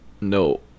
No